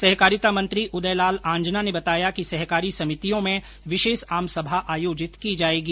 सहकारिता मंत्री उदयलाल आंजना ने बताया कि सहकारी समितियों में विशेष आम सभा आयोजित की जाएगी